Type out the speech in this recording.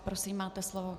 Prosím, máte slovo.